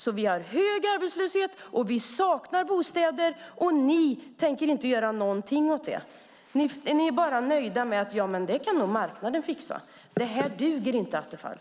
Vi har både hög arbetslöshet och saknar bostäder, men ni tänker inte göra något åt det. Ni nöjer er med att marknaden ska fixa detta. Det duger inte, Attefall!